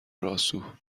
راسو